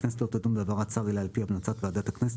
הכנסת לא תדון בהעברת שר אלא על פי המלצת ועדת הכנסת,